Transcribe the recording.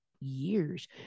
years